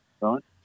right